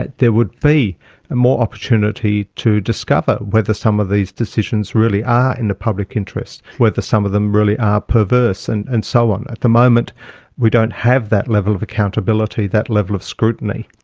there would be more opportunity to discover whether some of these decisions really are in the public interest, whether some of them really are perverse and and so on. at the moment we don't have that level of accountability, that level of scrutiny.